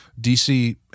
DC